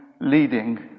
leading